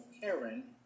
Karen